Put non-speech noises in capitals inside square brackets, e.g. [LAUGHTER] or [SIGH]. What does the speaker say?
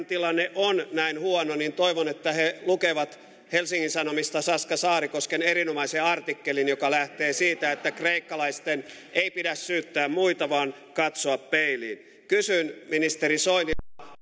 [UNINTELLIGIBLE] tilanne on näin huono niin toivon että he lukevat helsingin sanomista saska saarikosken erinomaisen artikkelin joka lähtee siitä että kreikkalaisten ei pidä syyttää muita vaan katsoa peiliin kysyn ministeri